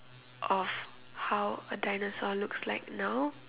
of how a dinosaur looks like now